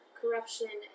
corruption